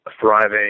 thriving